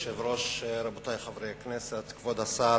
כבוד היושב-ראש, רבותי חברי הכנסת, כבוד השר,